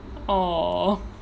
orh